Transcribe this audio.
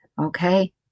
Okay